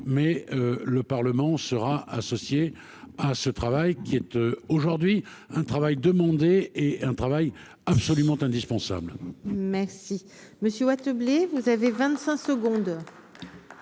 mais le Parlement sera associé à ce travail qui êtes aujourd'hui un travail demandé et un travail absolument indispensable. Merci monsieur. Vous avez 25 secondes.